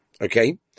Okay